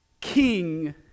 King